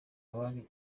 abari